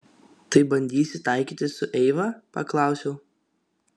tai bandysi taikytis su eiva paklausiau